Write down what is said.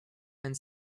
and